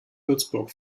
würzburg